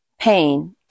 pain